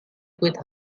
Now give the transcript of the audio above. with